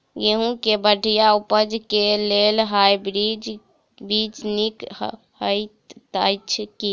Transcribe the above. गेंहूँ केँ बढ़िया उपज केँ लेल हाइब्रिड बीज नीक हएत अछि की?